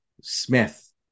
Smith